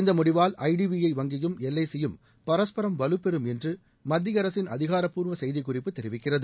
இந்த முடிவால் ஐடிபிஐ வங்கியும் எல்ஐசியும் பரஸ்பரம் வலுப்பெறும் என்று மத்திய அரசின் அதிகாரப்பூர்வ செய்திக்குறிப்பு தெரிவிக்கிறது